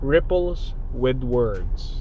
RipplesWithWords